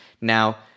Now